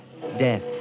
Death